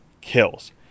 kills